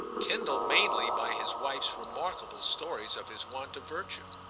kindled mainly by his wife's remarkable stories of his want of virtue.